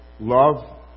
Love